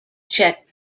check